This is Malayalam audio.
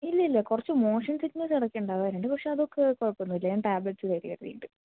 ഇല്ലേയില്ല കുറച്ചു മോഷൻ സിക്നെസ്സ് ഇടയ്ക്കുണ്ടാവാറുണ്ട് പക്ഷേ അതൊക്കെ കുഴപ്പമൊന്നൂല്ലാ ഞാൻ ടാബ്ലറ്റ്സ് കയ്യിൽ കരുതീട്ടുണ്ട്